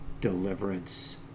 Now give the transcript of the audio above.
deliverance